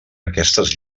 aquestes